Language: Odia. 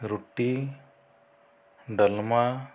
ରୁଟି ଡାଲ୍ମା